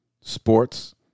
sports